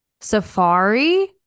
safari